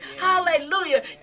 Hallelujah